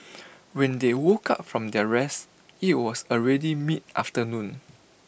when they woke up from their rest IT was already mid afternoon